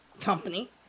company